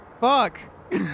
Fuck